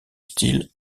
style